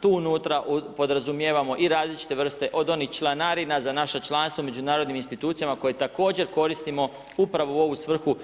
Tu unutra podrazumijevamo i različite vrste od onih članarina za naše članstvo u međunarodnim institucijama koje također koristimo upravo u ovu svrhu